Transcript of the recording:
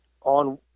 on